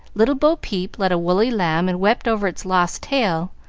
little bo-peep led a woolly lamb and wept over its lost tail,